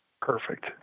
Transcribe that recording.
Perfect